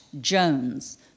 Jones